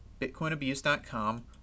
BitcoinAbuse.com